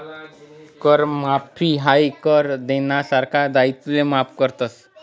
कर माफी हायी कर देनारासना दायित्वले माफ करस